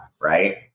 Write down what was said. right